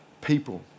people